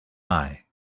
eye